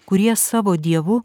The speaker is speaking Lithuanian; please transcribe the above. kurie savo dievu